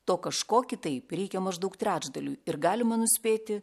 to kažko kitaip reikia maždaug trečdaliui ir galima nuspėti